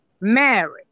married